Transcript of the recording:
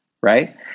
right